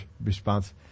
response